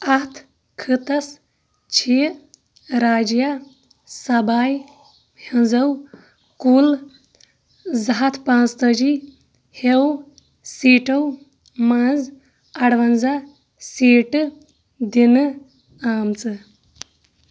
اَتھ خٕطس چھِ راجیہِ سبھایہِ ہٕنٛزو كُل زٕ ہَتھ پانٛژتٲجی ہو سیٖٹو منٛزٕ اَرونٛزاہ سیٖٹہٕ دِنہٕ آمژٕ